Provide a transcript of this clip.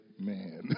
man